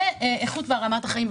ואיכות ורמת החיים.